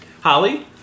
Holly